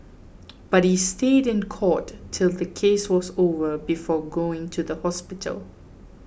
but he stayed in court till the case was over before going to the hospital